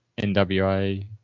NWA